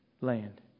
land